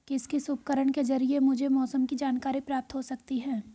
किस किस उपकरण के ज़रिए मुझे मौसम की जानकारी प्राप्त हो सकती है?